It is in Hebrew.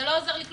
זה לא עוזר לי.